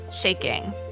shaking